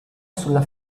sulla